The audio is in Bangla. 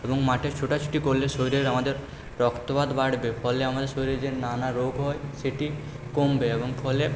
এবং মাঠে ছোটাছুটি করলে শরীরে আমাদের রক্তপাত বাড়বে ফলে আমাদের শরীরে যে নানা রোগ হয় সেটি কমবে এবং ফলে